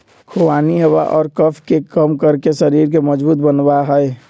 खुबानी हवा और कफ के कम करके शरीर के मजबूत बनवा हई